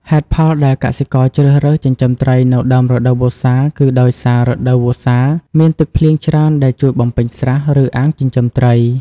ហេតុផលដែលកសិករជ្រើសរើសចិញ្ចឹមត្រីនៅដើមរដូវវស្សាគឺដោយសារ រដូវវស្សាមានទឹកភ្លៀងច្រើនដែលជួយបំពេញស្រះ ឬអាងចិញ្ចឹមត្រី។